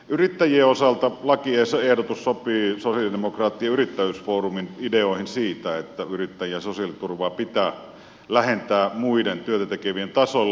yrittäjien osalta lakiehdotus sopii sosialidemokraattien yrittäjyysfoorumin ideoihin siitä että yrittäjien sosiaaliturvaa pitää lähentää muiden työtätekevien tasolle